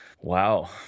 Wow